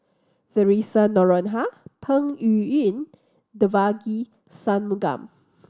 Theresa Noronha Peng Yuyun Devagi Sanmugam